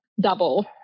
double